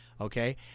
okay